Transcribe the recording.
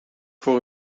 voor